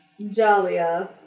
Jalia